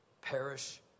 perish